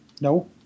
no